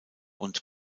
und